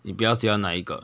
你比较喜欢哪一个